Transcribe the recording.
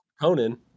Conan